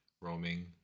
roaming